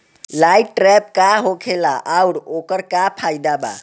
Light trap का होखेला आउर ओकर का फाइदा बा?